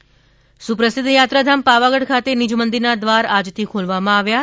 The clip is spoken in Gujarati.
પાવાગઢ સુપ્રસિદ્ધ યાત્રાધામ પાવાગઢ ખાતે નીજમંદિરના દ્વાર આજથી ખોલવામાં આવ્યા છે